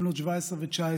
בנות 17 ו-19,